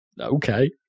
Okay